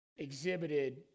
Exhibited